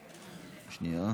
4),